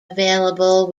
available